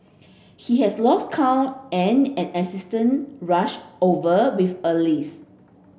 he has lost count and an assistant rush over with a list